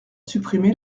supprimé